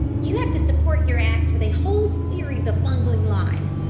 you have to support your act with a whole series of bungling lies.